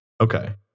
Okay